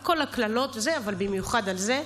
על כל הקללות, אבל במיוחד על זה.